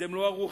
אתם לא ערוכים,